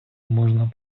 можна